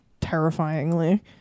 terrifyingly